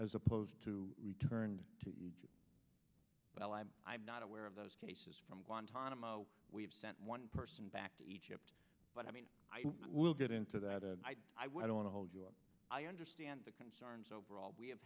as opposed to well i'm i'm not aware of those cases from guantanamo we've sent one person back to egypt but i mean i will get into that i went on to hold you up i understand the concerns overall we have